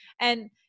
And-